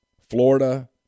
Florida